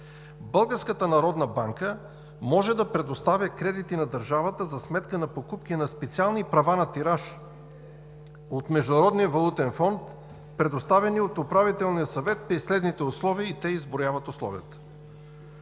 „Българската народна банка може да предоставя кредити на държавата за сметка на покупки на специални права на тираж от Международния валутен фонд, предоставени от Управителния съвет при следните условия“ – и те изброяват условията.